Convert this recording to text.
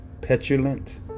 petulant